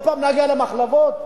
עוד פעם להגיע למחלבות?